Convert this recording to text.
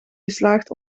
geslaagd